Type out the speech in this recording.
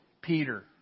Peter